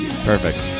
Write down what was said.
Perfect